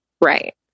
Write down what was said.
Right